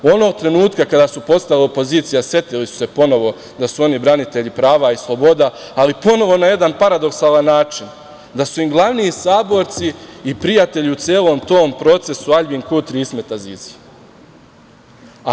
Onog trenutka kada su postali opozicija setili su se ponovo da su oni branitelji prava i sloboda, ali ponovo na jedan paradoksalan način da su im glavni saborci i prijatelji u celom tom procesu Aljbin Kurti i Ismet Azizi.